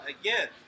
again